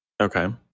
Okay